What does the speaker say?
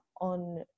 on